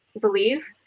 believe